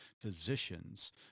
physicians